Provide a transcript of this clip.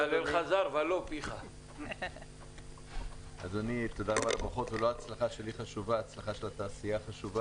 מה שחשוב זה ההצלחה שלי התעשייה ולא הצלחה שלי,